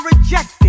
rejected